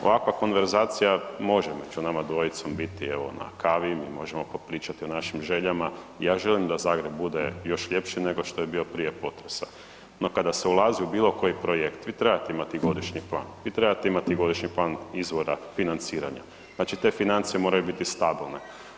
Ovakva konverzacija može među nama dvojicom biti evo na kavi, mi možemo popričati o našim željama i ja želim da Zagreb bude još ljepši nego što je bio prije potresa, no kada se ulazi u bilo koji projekt vi trebate imati godišnji plan, vi trebate imati godišnji plan izvora financiranja, znači te financije moraju biti stabilne.